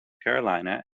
carolina